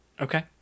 Okay